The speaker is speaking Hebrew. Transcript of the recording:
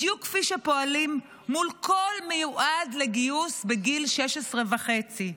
בדיוק כפי שפועלים מול כל מיועד לגיוס בגיל 16 וחצי.